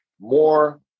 more